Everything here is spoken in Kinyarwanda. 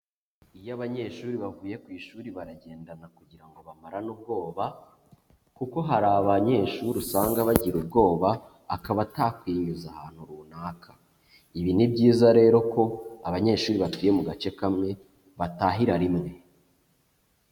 Iyo abanyeshuri bavuye ku ishuri baragendana kugira ngo bamarane ubwoba, kuko hari abanyeshuri usanga bagira ubwoba, akaba atakwinyuza ahantu runaka. Ibi ni byiza rero ko abanyeshuri batuye mu gace kamwe, batahira rimwe.